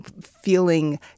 feeling